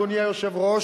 אדוני היושב-ראש,